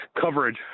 coverage